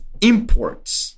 imports